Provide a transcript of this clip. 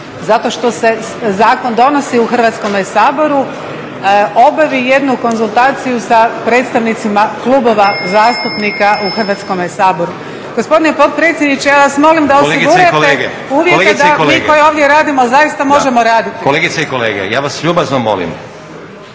zato što se zakon donosi u Hrvatskome saboru, obavi jednu konzultaciju sa predstavnicima klubova zastupnika u Hrvatskome saboru. Gospodine potpredsjedniče ja vas molim da osigurate uvjete da mi koji ovdje radimo zaista možemo raditi. **Stazić, Nenad (SDP)** Kolegice i kolege ja vas ljubazno molim